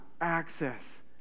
access